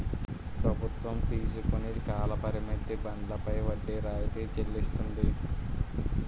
ప్రభుత్వం తీసుకుని కాల పరిమిత బండ్లపై వడ్డీ రాయితీ చెల్లిస్తుంది